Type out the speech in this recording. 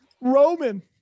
Roman